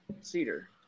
cedar